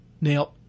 Now